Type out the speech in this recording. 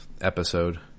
episode